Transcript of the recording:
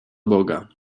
boga